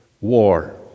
war